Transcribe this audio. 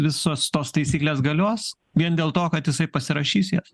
visos tos taisyklės galios vien dėl to kad jisai pasirašys jas